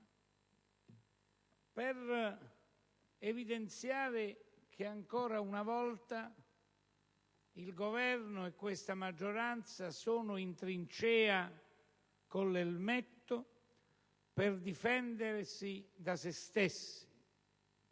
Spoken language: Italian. per evidenziare che ancora una volta il Governo e questa maggioranza sono in trincea con l'elmetto per difendersi da se stessi.